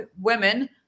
women